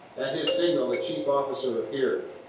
at his signal, the chief officer appeared.